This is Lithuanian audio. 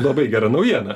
labai gera naujiena